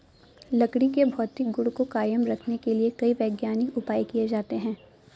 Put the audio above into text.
लकड़ी के भौतिक गुण को कायम रखने के लिए कई वैज्ञानिक उपाय किये जाते हैं